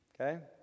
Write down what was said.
Okay